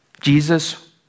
Jesus